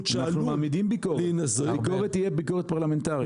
שאנחנו -- הביקורת תהיה ביקורת פרלמנטרית.